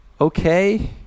okay